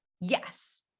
yes